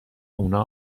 اونا